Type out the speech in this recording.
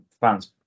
fans